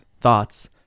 thoughts